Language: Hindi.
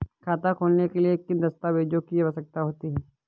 खाता खोलने के लिए किन दस्तावेजों की आवश्यकता होती है?